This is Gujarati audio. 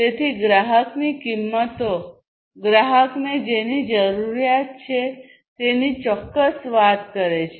તેથી ગ્રાહકની કિંમતો ગ્રાહકને જેની જરૂરિયાત છે તેની ચોક્કસ વાત કરે છે